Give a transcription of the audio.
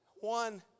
One